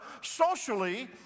socially